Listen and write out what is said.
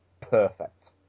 perfect